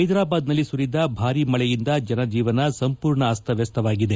ಹೈದರಾಬಾದ್ನಲ್ಲಿ ಸುರಿದ ಭಾರೀ ಮಳೆಯಿಂದ ಜನಜೀವನ ಸಂಪೂರ್ಣ ಅಸ್ತವ್ದಸ್ತವಾಗಿದೆ